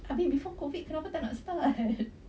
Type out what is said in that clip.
abeh before COVID kenapa tak nak start